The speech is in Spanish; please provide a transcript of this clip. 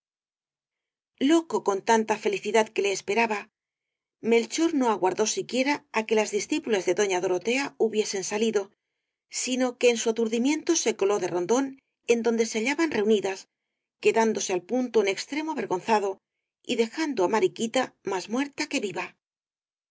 loco con tanta felicidad como le esperaba melchor no aguardó siquiera á que las discípulas de doña dorotea hubiesen salido sino que en su aturdimiento se coló de rondón en donde se hallaban reunidas quedándose al punto en extremo avergonzado y dejando á mariquita más muerta que viva